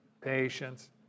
patience